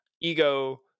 ego